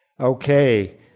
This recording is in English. Okay